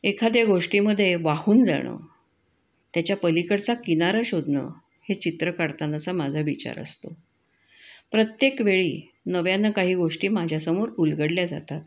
एखाद्या गोष्टीमध्ये वाहून जाणं त्याच्या पलीकडचा किनारा शोधणं हे चित्र काढतानाचा माझा विचार असतो प्रत्येक वेळी नव्यानं काही गोष्टी माझ्यासमोर उलगडल्या जातात